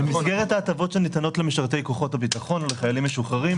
במסגרת ההטבות שניתנות למשרתי כוחות הביטחון ולחיילים משוחררים,